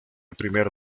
primer